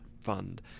fund